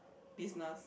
business